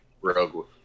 Rogue